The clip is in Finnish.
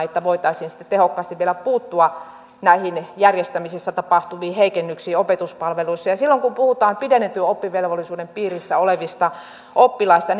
niin että voitaisiin tehokkaasti vielä puuttua näihin järjestämisissä tapahtuviin heikennyksiin opetuspalveluissa silloin kun puhutaan pidennetyn oppivelvollisuuden piirissä olevista oppilaista